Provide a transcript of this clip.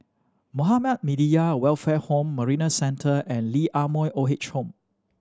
Muhammadiyah Welfare Home Marina Centre and Lee Ah Mooi Old Age Home